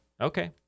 Okay